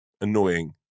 annoying